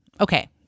Okay